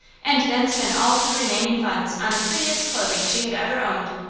and then spent all her remaining funds on the prettiest clothing she had ever owned.